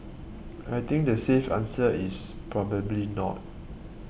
I think the safe answer is probably not